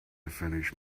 finish